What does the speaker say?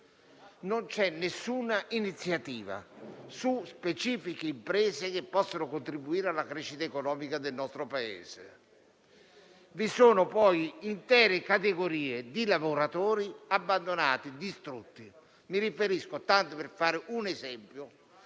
Non c'è alcuna iniziativa specifica sulle imprese che possa contribuire alla crescita economica del nostro Paese. Vi sono poi intere categorie di lavoratori abbandonate, distrutte. Mi riferisco, tanto per fare un esempio,